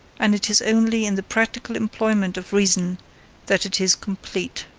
and it is only in the practical employment of reason that it is complete.